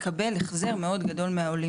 לקבל החזר מאוד גדול מהעולים,